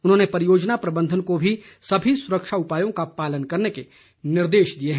उन्होंने परियोजना प्रबंधन को भी सभी सुरक्षा उपायों का पालन करने के निर्देश दिए हैं